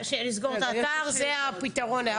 שלסגור את האתר זה הפתרון.